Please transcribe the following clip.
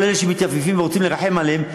כל אלה שמתייפייפים ורוצים לרחם עליהם,